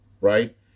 right